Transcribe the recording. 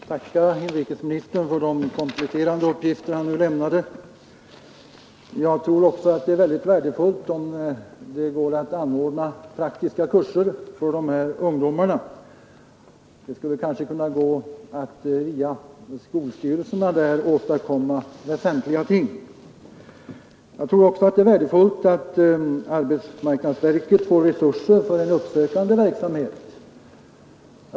Herr talman! Jag tackar inrikesministern för de kompletterande uppgifter han nu lämnade. Jag tror också att det är värdefullt om det går att anordna praktiska kurser för dessa ungdomar. Man skulle kanske här via skolstyrelserna kunna åstadkomma väsentliga ting. Jag tror också att det är värdefullt att arbetsmarknadsverket får resurser för en uppsökande verksamhet.